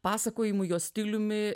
pasakojimu jos stiliumi